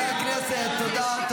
חברי הכנסת, תודה.